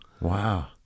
Wow